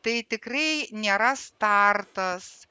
tai tikrai nėra startas